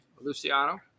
Luciano